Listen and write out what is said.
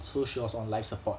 so she was on life support